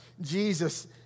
Jesus